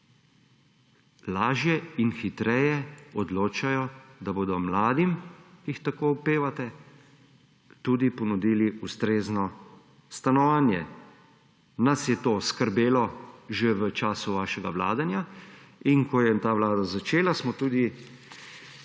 lažje in hitreje odločajo, da bodo mladim, ki jih tako opevate, tudi ponudili ustrezno stanovanje. Nas je to skrbelo že v času vašega vladanja in ko je ta vlada začela, smo tudi